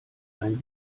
ein